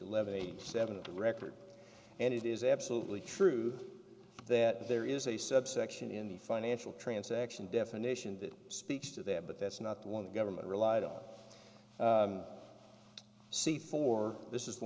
eleven eight seven of the record and it is absolutely true that there is a subsection in the financial transaction definition that speaks to that but that's not what the government relied on see for this is the